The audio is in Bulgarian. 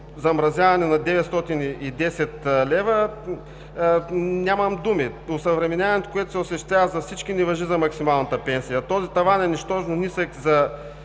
замразяване на 910 лв., нямам думи. Осъвременяването, което се осъществява за всички, не важи за максималната пенсия. Този таван е нищожно нисък за